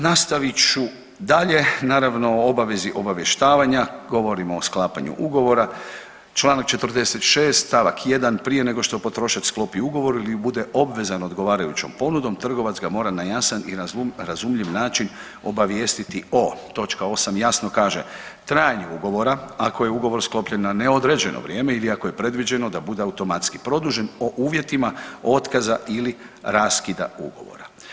Nastavit ću dalje, naravno o obavezi obavještavanja govorim o sklapanju ugovora, čl. 46. st. 1. prije nego što potrošač sklopi ugovor ili bude obvezan odgovarajućom ponudom trgovac ga mora na jasan i razumljiv način obavijestiti o točka 8. jasno kaže, trajanju ugovora, ako je ugovor sklopljen na neodređeno vrijeme ili ako je predviđeno da bude automatski produžen, o uvjetima otkaza ili raskida ugovora.